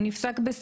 הוא נפסק בשיאו.